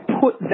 put